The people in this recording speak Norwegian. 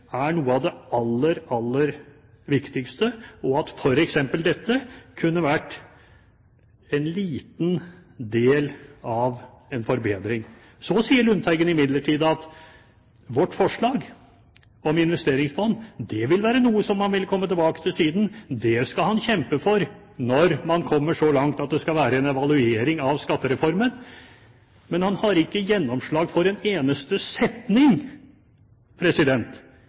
er noe av det aller, aller viktigste, og at f.eks. dette kunne vært en liten del av en forbedring. Så sa imidlertid Lundteigen at vårt forslag om investeringsfond vil være noe som man vil komme tilbake til siden. Det skal han kjempe for når man kommer så langt at det skal være en evaluering av skattereformen. Men han har ikke gjennomslag for en eneste setning